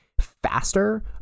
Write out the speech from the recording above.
faster